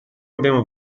abbiamo